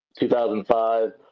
2005